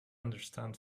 understand